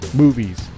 movies